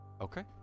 okay